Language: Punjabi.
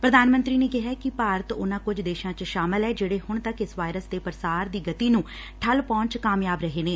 ਪ੍ਰਧਾਨ ਮੰਤਰੀ ਨੇ ਕਿਹੈ ਕਿ ਭਾਰਤ ਉਨੂਾ ਕੁਝ ਦੇਸ਼ਾ ਚ ਸ਼ਾਮਲ ਐ ਜਿਹੜੇ ਹੁਣ ਤੱਕ ਇਸ ਵਾਇਰਸ ਦੇ ਪਾਸਾਰ ਦੀ ਗਤੀ ਨੂੰ ਠੱਲ੍ਹ ਪਾਉਣ ਚ ਕਾਮਯਾਬ ਰਹੇ ਨੇ